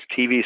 TV